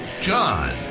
john